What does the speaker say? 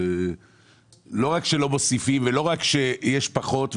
לא רק שלא מוסיפים ולא רק שיש פחות,